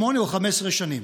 שמונה או 15 שנים.